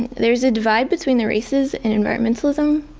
there's a divide between the races and environmentalism.